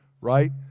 right